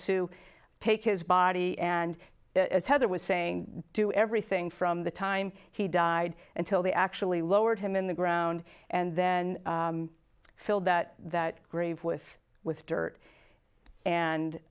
to take his body and as heather was saying do everything from the time he died until they actually lowered him in the ground and then filled that that grave with with dirt and